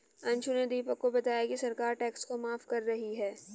अंशु ने दीपक को बताया कि सरकार टैक्स को माफ कर रही है